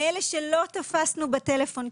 מאלה שלא תפסנו בטלפון,